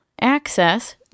access